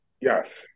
Yes